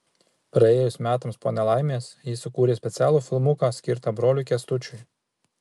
praėjus metams po nelaimės ji sukūrė specialų filmuką skirtą broliui kęstučiui